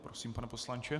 Prosím, pane poslanče.